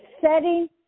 setting